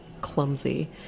clumsy